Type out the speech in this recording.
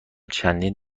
چندین